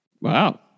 Wow